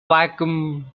vacuum